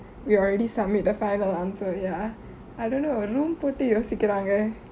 we are already submit the final answer ya I don't know room போட்டு ஓசிகுராங்க:room pottu yosikerange